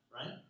right